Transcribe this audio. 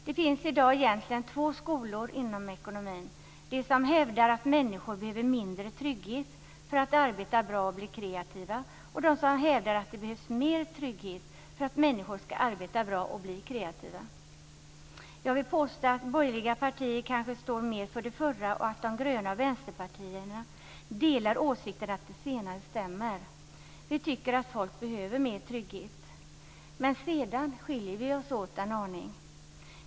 Det finns i dag egentligen två skolor inom ekonomin: den som hävdar att människor behöver mindre trygghet för att arbeta bra och bli kreativa och den som hävdar att det behövs mer trygghet för att människor ska arbeta bra och bli kreativa. Jag vill påstå att borgerliga partier kanske står för det förra och att de gröna och vänsterpartierna delar åsikten att det senare stämmer. Vi tycker att folk behöver mer trygghet. Men sedan skiljer vi oss åt en aning.